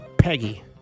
Peggy